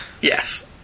yes